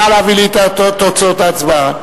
נא להביא לי את תוצאות ההצבעה.